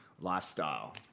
lifestyle